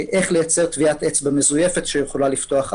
איך לייצר טביעת אצבע מזויפת שיכולה לפתוח אייפון.